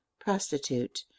prostitute